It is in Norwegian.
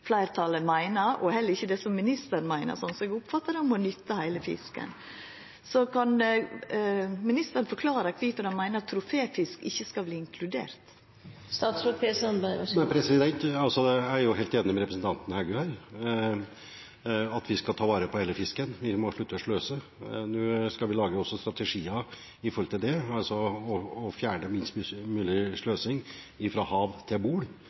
meiner, og heller ikkje det som ministeren meiner, sånn som eg oppfattar det med å nytta heile fisken. Så kan ministeren forklara kvifor han meiner at troféfisk ikkje skal inkluderast? Jeg er helt enig med representanten Heggø i at vi skal ta vare på hele fisken. Vi må slutte å sløse. Nå skal vi lage noen strategier for å fjerne mest mulig sløsing fra hav til bord. Det tror jeg er en viktig oppgave for oss alle sammen. Når det gjelder å